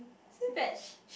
few batch